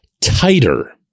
tighter